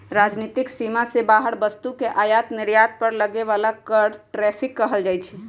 राजनीतिक सीमा से बाहर वस्तु के आयात निर्यात पर लगे बला कर के टैरिफ कहल जाइ छइ